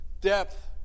depth